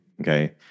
Okay